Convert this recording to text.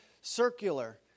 circular